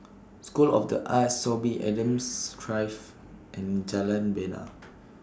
School of The Arts Sorby Adams Drive and Jalan Bena